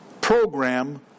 program